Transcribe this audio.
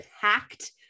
packed